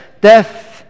death